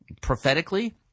prophetically